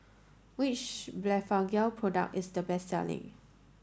which Blephagel product is the best selling